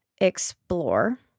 explore